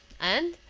and,